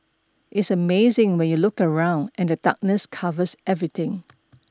it's amazing when you look around and the darkness covers everything